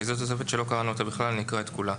זאת תוספת שלא קראנו אותה ואני אקרא את כולה.